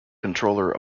controller